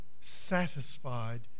satisfied